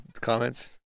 comments